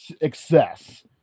Excess